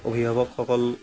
অভিভাৱকসকল